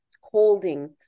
holding